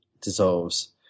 dissolves